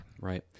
Right